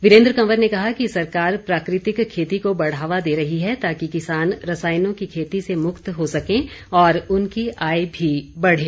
वीरेन्द्र कवर ने कहा कि सरकार प्राकृतिक खेती को बढ़ावा दे रही है ताकि किसान रसायनों की खेती से मुक्त हो सकें और उनकी आय भी बढ़े